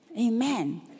Amen